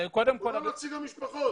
הוא לא נציג המשפחות.